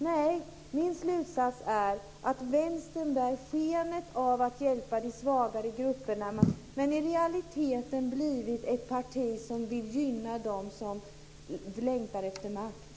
Nej, min slutsats är att Vänstern bär skenet av att hjälpa de svagare grupperna men har i realiteten blivit ett parti som vill gynna dem som längtar efter makt.